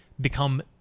become